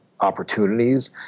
opportunities